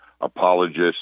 apologists